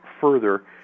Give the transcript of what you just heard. further